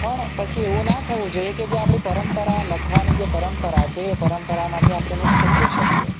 પણ પછી એવું ના થવું જોઈએ કે જે આપણી પરંપરા લખવાની જે પરંપરા છે એ પરંપરામાંથી આપણે મુક્ત થઈ શકીએ